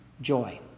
Joy